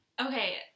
Okay